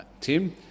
Tim